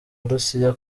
burusiya